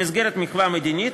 במסגרת מחווה מדינית,